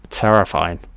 terrifying